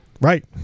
Right